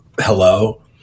hello